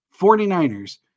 49ers